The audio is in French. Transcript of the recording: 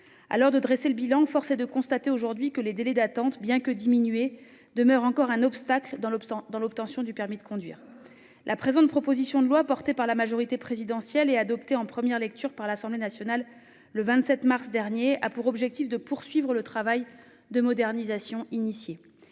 À l'heure de dresser le bilan, force est de constater que les délais d'attente, bien que diminués, demeurent aujourd'hui encore un obstacle dans l'obtention du permis de conduire. La présente proposition de loi, portée par la majorité présidentielle et adoptée en première lecture par l'Assemblée nationale le 27 mars dernier, a pour objectif de poursuivre le travail de modernisation.